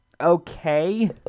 okay